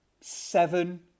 seven